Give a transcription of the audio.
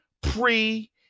pre